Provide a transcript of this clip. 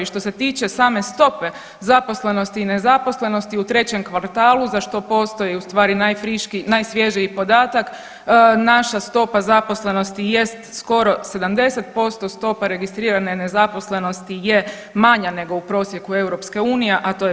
Što se tiče same stope zaposlenosti i nezaposlenosti u trećem kvartalu za što postoji ustvari najfriškiji, najsvježiji podatak, naša stopa zaposlenosti jest skoro 70%, stopa registrirane nezaposlenosti je manja nego u prosjeku EU, a to je 5,9%